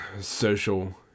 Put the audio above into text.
social